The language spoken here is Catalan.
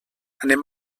anem